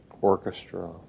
orchestra